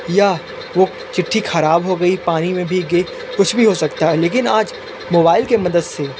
या वो चिट्ठी ख़राब हो गई पानी में भीग गई कुछ भी हो सकता लेकिन आज मोबाइल के मदद से